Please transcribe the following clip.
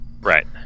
Right